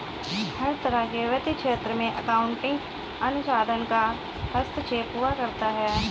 हर तरह के वित्तीय क्षेत्र में अकाउन्टिंग अनुसंधान का हस्तक्षेप हुआ करता है